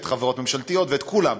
ואת החברות הממשלתיות ואת כולם.